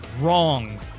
Wrong